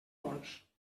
bons